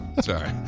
sorry